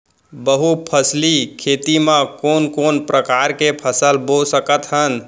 बहुफसली खेती मा कोन कोन प्रकार के फसल बो सकत हन?